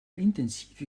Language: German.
intensive